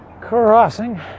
crossing